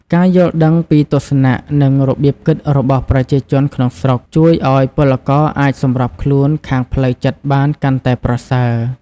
ការយល់ដឹងពីទស្សនៈ និងរបៀបគិតរបស់ប្រជាជនក្នុងស្រុក ជួយឱ្យពលករអាចសម្របខ្លួនខាងផ្លូវចិត្តបានកាន់តែប្រសើរ។